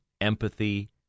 empathy